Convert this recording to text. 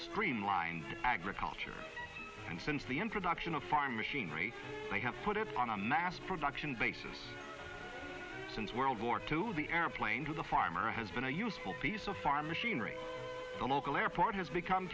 streamlined agriculture and since the introduction of farm machinery they have put it on a mass production basis since world war two the airplane to the farmer has been a useful piece of farm machinery the local airport has become